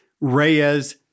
Reyes